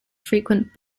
frequent